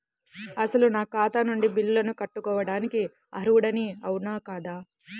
అసలు నా ఖాతా నుండి బిల్లులను కట్టుకోవటానికి అర్హుడని అవునా కాదా?